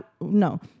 no